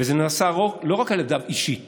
וזה נעשה לא רק על ידיו אישית